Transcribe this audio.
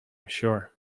sure